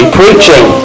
preaching